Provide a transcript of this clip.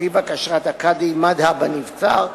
על-פי בקשת הקאדי מד'הב הנבצר,